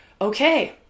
Okay